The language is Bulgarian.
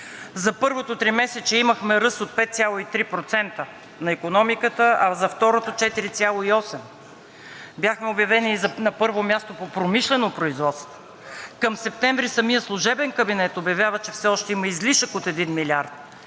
За първото тримесечие имахме ръст от 5,3% на икономиката, а за второто – 4,8%. Бяхме обявени на първо място по промишлено производство. Към септември самият служебен кабинет обявява, че все още има излишък от 1 милиард.